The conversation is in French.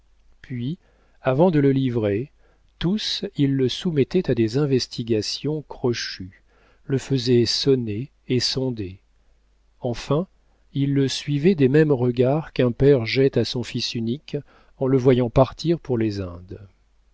puis avant de le livrer tous ils le soumettaient à des investigations crochues le faisaient sonner et sonder enfin ils le suivaient des mêmes regards qu'un père jette à son fils unique en le voyant partir pour les indes